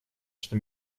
что